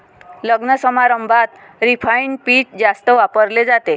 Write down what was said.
लग्नसमारंभात रिफाइंड पीठ जास्त वापरले जाते